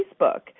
Facebook